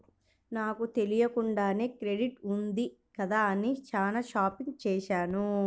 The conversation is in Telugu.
నాకు తెలియకుండానే క్రెడిట్ ఉంది కదా అని చానా షాపింగ్ చేశాను